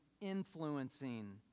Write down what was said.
influencing